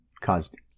caused